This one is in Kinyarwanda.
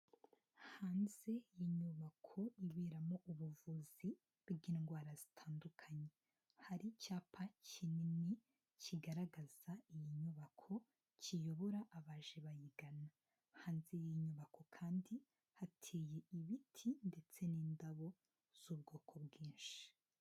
Hanze y'inyubako iberamo ubuvuzi bw'indwara zitandukanye. Hari icyapa kinini kigaragaza iyi nyubako, kiyobora abaje bayigana. Hanze y'iyi nyubako kandi hateye ibiti ndetse n'indabo z'ubwoko bwinshi.